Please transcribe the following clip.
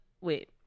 wait